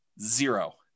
Zero